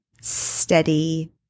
steady